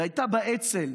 והייתה באצ"ל,